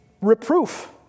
reproof